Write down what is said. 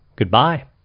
Goodbye